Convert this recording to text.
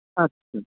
हजुर